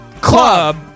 Club